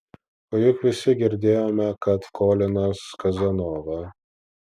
o juk visi girdėjome kad kolinas kazanova